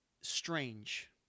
strange